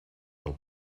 del